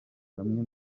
bamwe